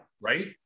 Right